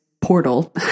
portal